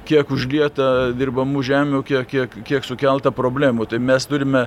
kiek užlieta dirbamų žemių kiek tiek kiek sukelta problemų tai mes turime